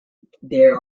there